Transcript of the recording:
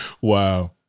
Wow